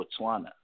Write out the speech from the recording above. Botswana